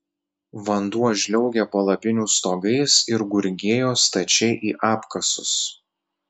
vanduo žliaugė palapinių stogais ir gurgėjo stačiai į apkasus